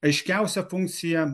aiškiausia funkcija